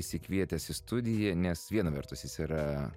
įsikvietęs į studiją nes viena vertus jis yra